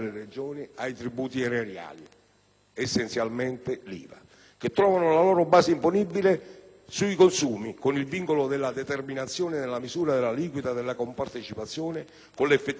(essenzialmente, l'IVA), che trovano la loro base imponibile sui consumi, con il vincolo di determinazione della misura dell'aliquota della compartecipazione con l'effettiva capacità fiscale delle Regioni,